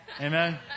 Amen